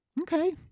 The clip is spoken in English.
okay